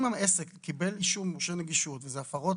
אם עסק קיבל אישור של נגישות ואלה הפרות